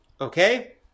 Okay